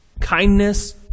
kindness